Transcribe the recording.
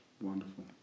Wonderful